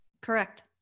Correct